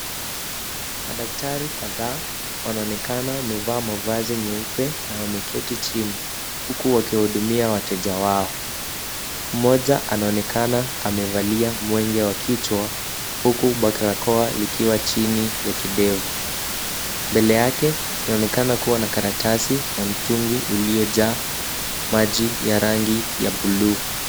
Madaktari kadhaa wanaonekana wamevaa mavazi nyeupe na wameketi chini huku wakihudumia wateja wao. Mmoja anaonekana amevalia mwenge wa kichwa, huku barakoa likiwa chini ya kidevu. Mbele yake kunaonekana kuwa na karatasi na mtungi uliojaa maji ya rangi ya buluu.